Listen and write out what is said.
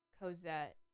Cosette